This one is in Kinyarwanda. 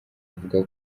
bavuga